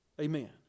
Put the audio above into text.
Amen